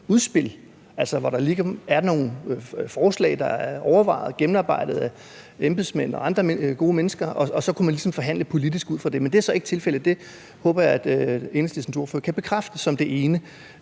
naturudspil, hvori der ligesom er nogle forslag, der er overvejet og gennemarbejdet af embedsmænd og andre goder mennesker, og så kunne man ligesom forhandle politisk ud fra det. Men det er så ikke tilfældet. Det håber jeg at Enhedslistens ordfører kan bekræfte. Det er det ene.